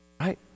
right